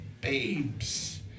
Babes